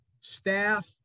staff